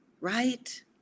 Right